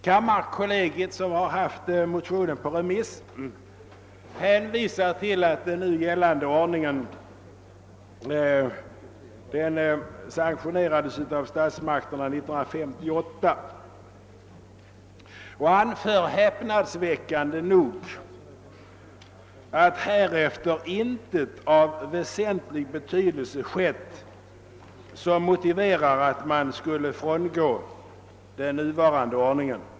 Kammarkollegiet, som haft motionen på remiss, hänvisar till att den nu gällande ordningen sanktionerades av statsmakterna 1958 och anför häpnadsväckande nog att härefter »intet av väsentlig betydelse skett« som motiverar att man skulle frångå den nuvarande ordningen.